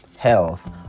health